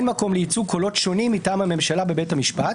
מקום לייצוג קולות שונים מטעם הממשלה בבית המשפט.